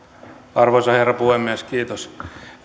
arvoisa herra puhemies